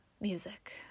music